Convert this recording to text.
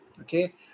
okay